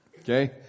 Okay